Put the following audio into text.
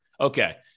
Okay